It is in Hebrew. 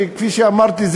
שכפי שאמרתי,